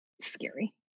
scary